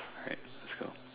alright let's go